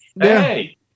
hey